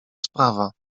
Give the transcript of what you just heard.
sprawa